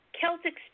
Celtic